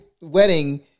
wedding